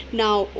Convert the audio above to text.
now